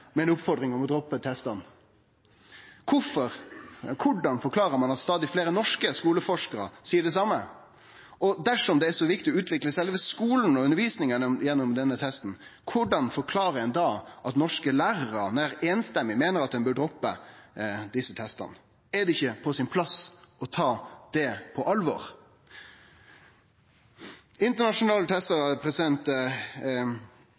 med ei oppmoding om å droppe testane? Korleis forklarer ein at stadig fleire norske skuleforskarar seier det same? Og dersom det er så viktig å utvikle sjølve skulen og undervisninga gjennom denne testen, korleis forklarer ein da at norske lærarar nærmast samrøystes meiner at ein bør droppe desse testane? Er det ikkje på sin plass å ta det på alvor? Internasjonale